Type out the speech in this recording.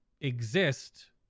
exist